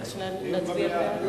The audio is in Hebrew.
לסדר-היום.